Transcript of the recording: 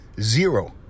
zero